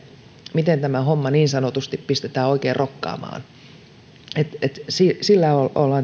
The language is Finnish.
miten tämä homma niin sanotusti pistetään oikein rokkaamaan että sillä